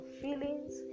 feelings